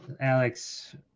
Alex